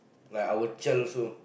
like I our child also